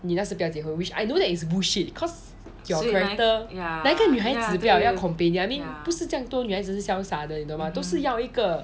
你那时不要结婚 which I know that is bullshit cause your character 哪一个女孩子不要要 companion I mean 不是这样多女孩子是潇洒的你懂吗都是要一个